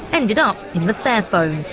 ended up in the fairphone,